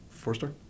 Four-star